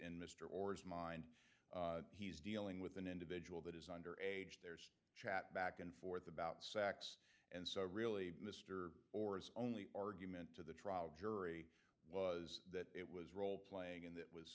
in mr orr's mind he's dealing with an individual that is under age there's chat back and forth about sacks and so really mr or is only argument to the trial jury was that it was role playing and that was